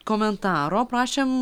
komentaro prašėm